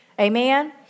Amen